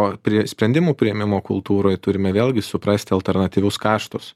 o prie sprendimų priėmimo kultūroj turime vėlgi suprasti alternatyvius kaštus